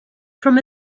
from